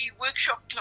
workshop